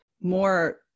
more